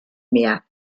mehr